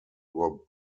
were